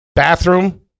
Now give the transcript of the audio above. Bathroom